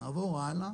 נעבור הלאה